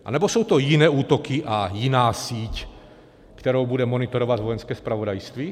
Anebo jsou to jiné útoky a jiná síť, kterou bude monitorovat Vojenské zpravodajství?